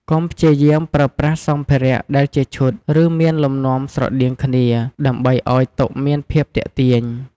កុំព្យាយាមប្រើប្រាស់សម្ភារៈដែលជាឈុត ឬមានលំនាំស្រដៀងគ្នា ដើម្បីឱ្យតុមានភាពទាក់ទាញ។